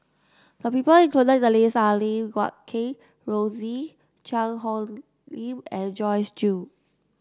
the people included in the list are Lim Guat Kheng Rosie Cheang Hong Lim and Joyce Jue